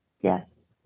Yes